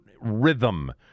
rhythm